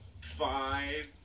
five